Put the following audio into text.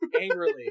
angrily